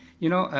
you know,